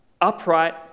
upright